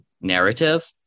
narrative